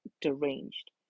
deranged